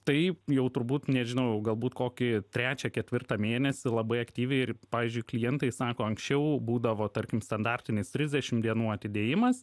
tai jau turbūt nežinau galbūt kokį trečią ketvirtą mėnesį labai aktyviai ir pavyzdžiui klientai sako anksčiau būdavo tarkim standartinis trisdešim dienų atidėjimas